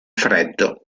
freddo